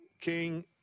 King